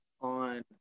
on